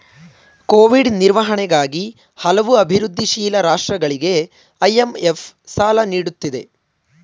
Covid ನಿರ್ವಹಣೆಗಾಗಿ ಹಲವು ಅಭಿವೃದ್ಧಿಶೀಲ ರಾಷ್ಟ್ರಗಳಿಗೆ ಐ.ಎಂ.ಎಫ್ ಸಾಲ ನೀಡುತ್ತಿದೆ